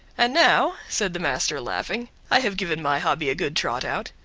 and now, said the master, laughing, i have given my hobby a good trot out,